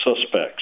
suspects